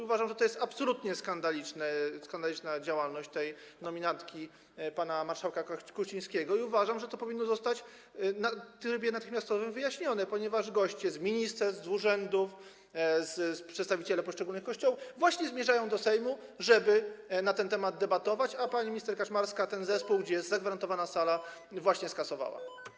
Uważam, że to jest absolutnie skandaliczna działalność tej nominatki pana marszałka Kuchcińskiego, i uważam, że to powinno zostać w trybie natychmiastowym wyjaśnione, ponieważ goście z ministerstw, z urzędów, przedstawiciele poszczególnych Kościołów właśnie zmierzają do Sejmu, żeby na ten temat debatować, a pani minister Kaczmarska spotkanie zespołu, na które jest zagwarantowana sala, właśnie skasowała.